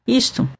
isto